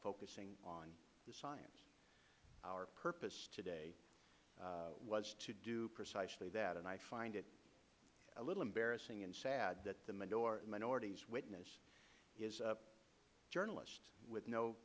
focusing on the science our purpose today was to do precisely that and i find it a little embarrassing and sad that the minority's witness is a journalist with no